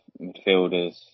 midfielders